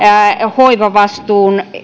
hoivavastuun